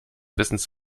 wissens